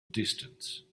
distance